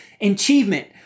achievement